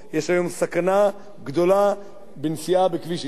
יש היום סכנה גדולה בנסיעה בכביש 60,